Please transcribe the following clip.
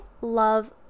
love